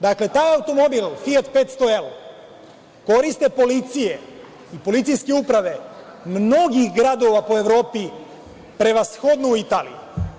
Dakle, taj automobil „Fijat 500L“ koriste policije i policijske uprave mnogih gradova po Evropi, prevashodno u Italiji.